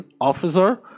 officer